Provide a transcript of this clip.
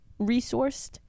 resourced